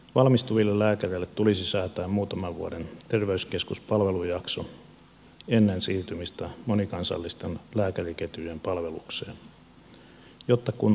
valmistuville lääkäreille tulisi säätää muutaman vuoden terveyskeskuspalvelujakso ennen siirtymistä monikansallisten lääkäriketjujen palvelukseen jotta kunnat pystyvät kehittämään terveydenhuoltoaan